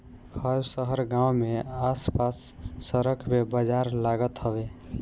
हर शहर गांव में आस पास सड़क पे बाजार लागत हवे